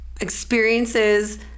experiences